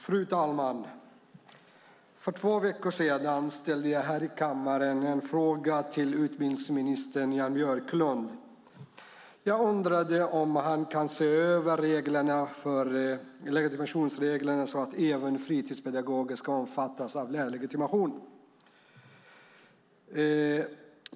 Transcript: Fru talman! För två veckor sedan ställde jag här i kammaren en fråga till utbildningsminister Jan Björklund. Jag undrade om han kunde se över legitimationsreglerna, så att även fritidspedagoger omfattas av lärarlegitimation.